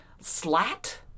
Slat